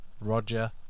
Roger